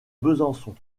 besançon